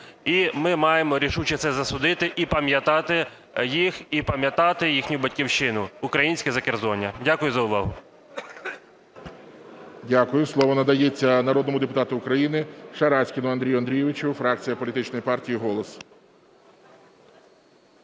І ми маємо рішуче це засудити і пам'ятати їх, і пам'ятати їхню Батьківщину – українське Закерзоння. Дякую за увагу. ГОЛОВУЮЧИЙ. Дякую. Слово надається народному депутату України Шараськіну Андрію Андрійовичу, фракція політичної партії "Голос".